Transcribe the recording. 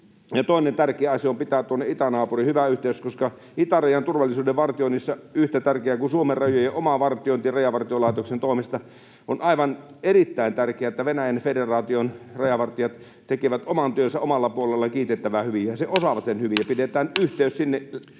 Toinen tärkeä asia on pitää tuonne itänaapuriin hyvä yhteys, koska itärajan turvallisuuden vartioinnissa yhtä tärkeää kuin Suomen rajojen oma vartiointi Rajavartiolaitoksen toimesta — aivan erittäin tärkeää — on se, että Venäjän federaation rajavartijat tekevät oman työnsä omalla puolellaan kiitettävän hyvin — ja he osaavat sen hyvin.